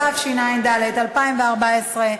התשע"ד 2014,